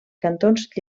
cantons